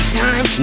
time